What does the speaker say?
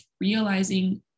realizing